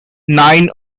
nine